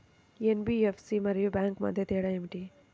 NBFC మరియు bank మధ్య తేడా ఏమిటీ?